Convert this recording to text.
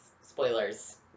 Spoilers